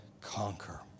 conquer